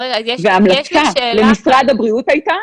והמלצה, למשרד הבריאות הייתה